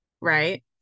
right